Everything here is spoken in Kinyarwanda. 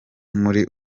muri